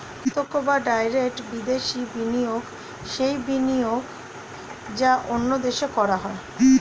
প্রত্যক্ষ বা ডাইরেক্ট বিদেশি বিনিয়োগ সেই বিনিয়োগ যা অন্য দেশে করা হয়